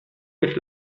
mit